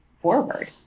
forward